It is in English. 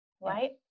Right